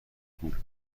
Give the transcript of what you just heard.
غول